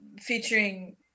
featuring